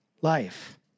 life